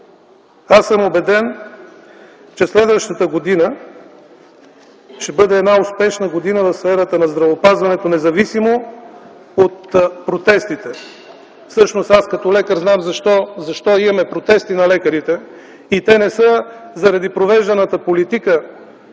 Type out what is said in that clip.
съм, че следващата година ще бъде успешна в сферата на здравеопазването, независимо от протестите. Всъщност, като лекар знам защо има протести на лекарите. Те не са заради провежданата политика